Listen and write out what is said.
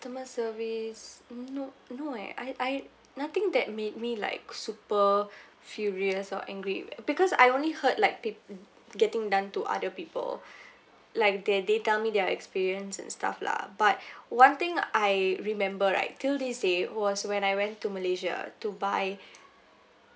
customer service no no eh I I nothing that made me like super furious or angry because I only heard like peo~ mm getting done to other people like they they tell me their experience and stuff lah but one thing I remember right till this day was when I went to malaysia to buy